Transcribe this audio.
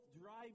drive